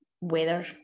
weather